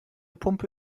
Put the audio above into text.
pumpe